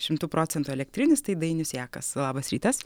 šimtu procentų elektrinis tai dainius jakas labas rytas